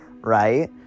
right